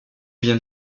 vient